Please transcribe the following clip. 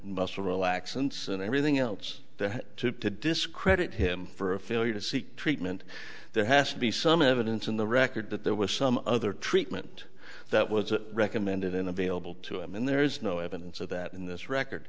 muscle relaxants and everything else that to discredit him for a failure to seek treatment there has to be some evidence in the record that there was some other treatment that was a recommended in available to him and there is no evidence of that in this record